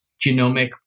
genomic